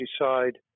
decide